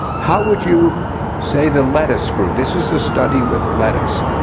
how would you say the lettuce grew? this is a study with lettuce.